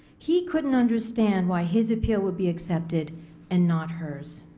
he couldn't understand why his appeal would be accepted and not hers.